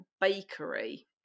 bakery